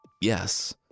yes